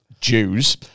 Jews